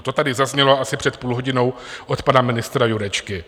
To tady zaznělo asi před půl hodinou od pana ministra Jurečky.